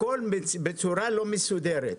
הכול בצורה לא מסודרת.